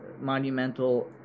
monumental